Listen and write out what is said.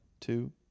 two